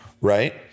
right